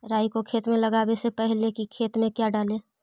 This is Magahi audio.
राई को खेत मे लगाबे से पहले कि खेत मे क्या डाले?